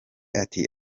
ati